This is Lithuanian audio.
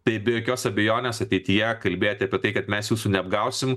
tai be jokios abejonės ateityje kalbėti apie tai kad mes jūsų neapgausim